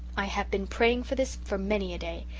i have been praying for this for many a day.